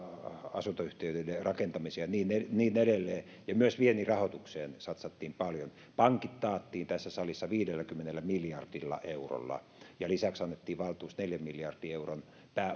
asuntoyhtiöiden rakentamiseen ja niin niin edelleen ja myös viennin rahoitukseen satsattiin paljon pankit taattiin tässä salissa viidelläkymmenellä miljardilla eurolla ja lisäksi annettiin valtuus neljän miljardin euron